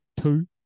two